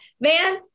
Man